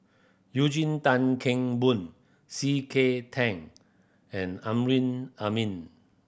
Eugene Tan Kheng Boon C K Tang and Amrin Amin